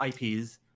IPs